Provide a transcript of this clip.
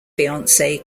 fiancee